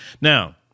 Now